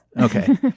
Okay